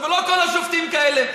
אבל לא כל השופטים הם כאלה,